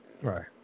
Right